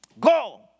Go